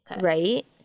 right